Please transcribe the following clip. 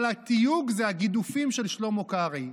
אבל התיוג זה "הגידופים של שלמה קרעי".